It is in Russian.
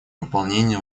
выполнения